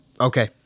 okay